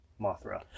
Mothra